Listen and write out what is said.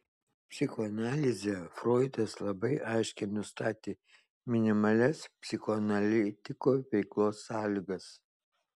psichoanalize froidas labai aiškiai nustatė minimalias psichoanalitiko veiklos sąlygas